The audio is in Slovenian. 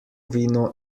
vino